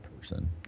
person